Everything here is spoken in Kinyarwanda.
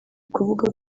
kuvuga